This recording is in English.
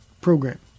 program